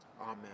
Amen